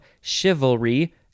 chivalry